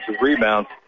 rebounds